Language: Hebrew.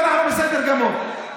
ואנחנו בסדר גמור,